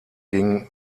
ging